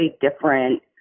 different